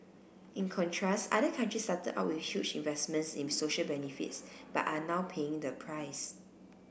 in contrast other countries started out with huge investments in social benefits but are now paying the price